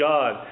God